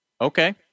Okay